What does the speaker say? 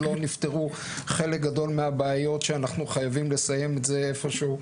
לא נפתרו חלק גדול מהבעיות שאנחנו חייבים לסיים את זה איפשהו.